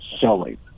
selling